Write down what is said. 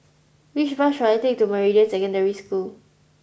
which bus should I take to Meridian Secondary School